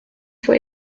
for